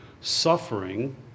suffering